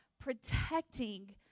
protecting